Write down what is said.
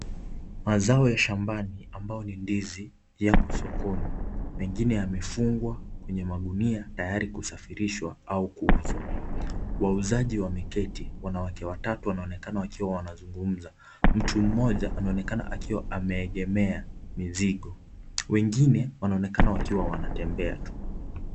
Mazao ya shambani ambao ni ndizi, yako sokoni. Mengine yamefungwa kwenye magunia tayari kusafirishwa au kuuzwa. Wauzaji wameketi, wanawake watatu wanaonekana wakiwa wanazungumza. Mtu mmoja anaonekana akiwa ameegemea mizigo. Wengine wanaonekana wakiwa wanatembea tu.